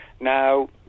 Now